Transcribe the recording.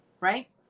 Right